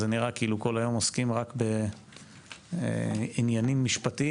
זה נראה כאילו כל היום עוסקים רק בעניינים משפטיים,